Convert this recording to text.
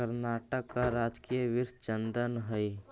कर्नाटक का राजकीय वृक्ष चंदन हई